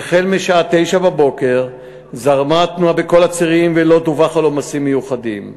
והחל משעה 09:00 זרמה התנועה בכל הצירים ולא דווח על עומסים מיוחדים.